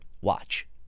watch